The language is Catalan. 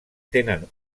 tenen